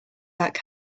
back